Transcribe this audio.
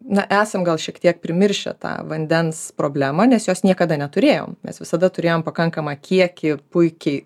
na esam gal šiek tiek primiršę tą vandens problemą nes jos niekada neturėjom mes visada turėjom pakankamą kiekį puikiai